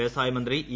വ്യവസായമന്ത്രി E